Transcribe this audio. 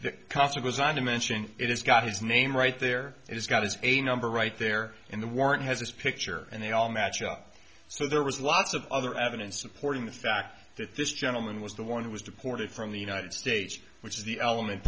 the cost of goes on to mention it has got his name right there it's got his a number right there in the warrant has his picture and they all match up so there was lots of other evidence supporting the fact that this gentleman was the one who was from the united states which is the element